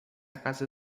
casa